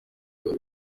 bwa